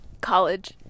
College